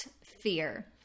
fear